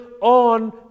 on